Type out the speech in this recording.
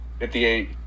58